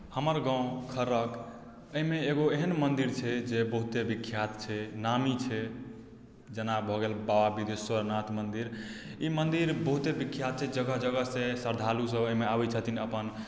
हमर गाँव खरड़ख अइमे एगो एहेन मन्दिर छै जे बहुते विख्यात छै नामी छै जेना भऽ गेल बाबा बिदेश्वर नाथ मन्दिर ई मन्दिर बहुते विख्यात छै जगह जगहसँ श्रद्धालु सब अइमे अबय छथिन अपन